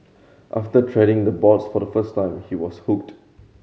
after treading the boards for the first time he was hooked